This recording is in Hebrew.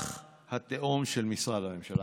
בעקבות הלחץ שהופעל על מוסקבה מצד המערב,